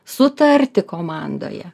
sutarti komandoje